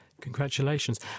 Congratulations